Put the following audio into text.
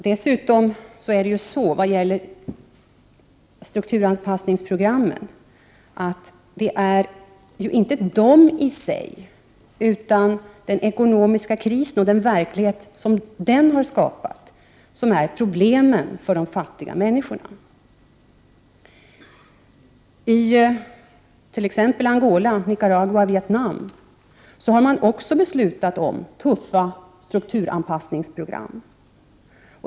Det är inte strukturanpassningsprogrammen i sig utan den ekonomiska krisen och den verklighet som den har skapat som utgör problemen för de fattiga människorna. I t.ex. Angola, Nicaragua och Vietnam har man också beslutat om tuffa strukturanpassningsprogram.